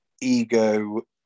ego